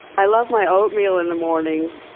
i love my oatmeal in the morning.